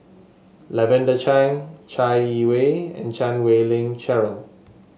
Lavender Chang Chai Yee Wei and Chan Wei Ling Cheryl